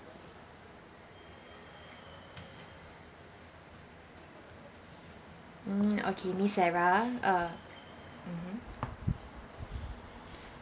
mm okay miss sarah uh mmhmm